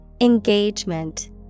Engagement